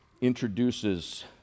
introduces